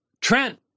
Trent